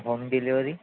home delivery